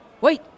Wait